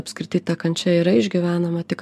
apskritai ta kančia yra išgyvenama tik